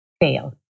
fail